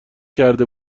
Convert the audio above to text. کرده